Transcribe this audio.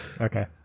okay